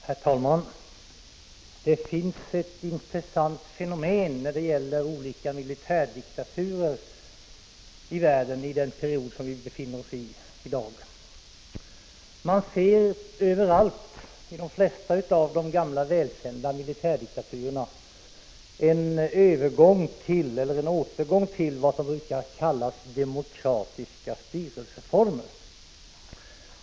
Herr talman! Det finns i denna tid ett intressant fenomen vad gäller olika militärdiktaturer i världen. I de flesta av de gamla välkända militärdiktaturerna ser man en övergång eller en återgång till vad som brukar kallas demokratiska styrelseformer.